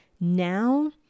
Now